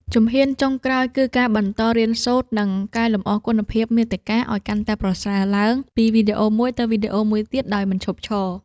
ជំហានចុងក្រោយគឺការបន្តរៀនសូត្រ និងកែលម្អគុណភាពមាតិកាឱ្យកាន់តែប្រសើរឡើងពីវីដេអូមួយទៅវីដេអូមួយទៀតដោយមិនឈប់ឈរ។